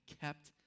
kept